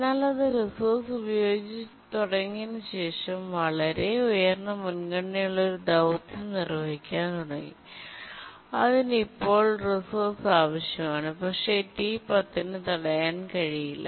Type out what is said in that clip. എന്നാൽ അത് റിസോഴ്സ് ഉപയോഗിച്ചുതുടങ്ങിയതിനുശേഷം വളരെ ഉയർന്ന മുൻഗണനയുള്ള ഒരു ദൌത്യം നിർവ്വഹിക്കാൻ തുടങ്ങി അതിന് ഇപ്പോൾ റിസോഴ്സ് ആവശ്യമാണ് പക്ഷേ ടി 10 തടയാൻ കഴിയില്ല